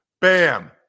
Bam